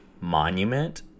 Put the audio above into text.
monument